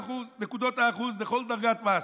ב-15% נקודות האחוז לכל דרגת מס.